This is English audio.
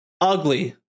ugly